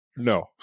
No